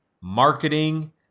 marketing